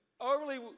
overly